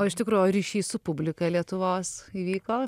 o iš tikro o ryšys su publika lietuvos įvyko